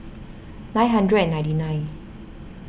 nine hundred ninety nine